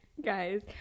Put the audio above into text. guys